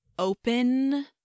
open